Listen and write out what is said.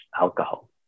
alcohol